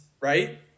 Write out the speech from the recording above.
right